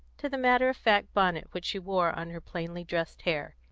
to the matter-of-fact bonnet which she wore on her plainly dressed hair.